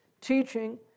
teaching